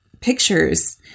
pictures